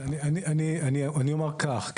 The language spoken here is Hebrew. אני אומר כך,